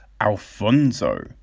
Alfonso